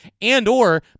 and/or